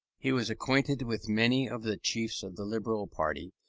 he was acquainted with many of the chiefs of the liberal party,